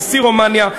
נשיא רומניה,